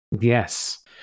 Yes